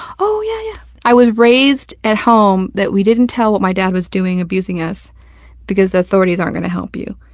oh, yeah, yeah. i was raised at home that we didn't tell what my dad was doing abusing us because the authorities aren't going to help you.